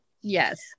Yes